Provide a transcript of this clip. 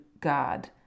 God